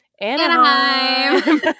Anaheim